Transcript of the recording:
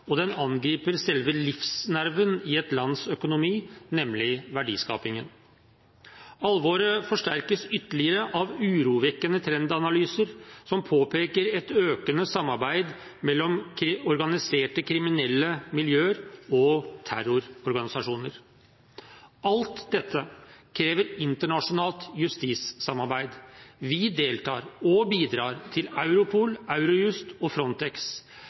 og den angriper selve livsnerven i et lands økonomi, nemlig verdiskapingen. Alvoret forsterkes ytterligere av urovekkende trendanalyser som påpeker et økende samarbeid mellom organiserte kriminelle miljøer og terrororganisasjoner. Alt dette krever internasjonalt justissamarbeid. Vi deltar og bidrar til Europol, Eurojust og Frontex.